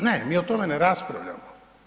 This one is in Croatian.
Ne, mi o tome ne raspravljamo.